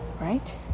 right